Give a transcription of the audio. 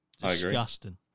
Disgusting